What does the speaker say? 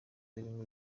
zirimo